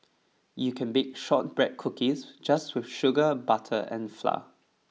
you can bake shortbread cookies just with sugar butter and flour